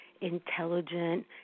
intelligent